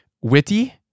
Witty